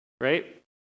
right